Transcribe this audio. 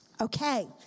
Okay